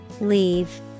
Leave